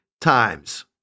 times